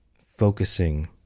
focusing